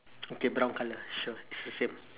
okay brown colour sure is the same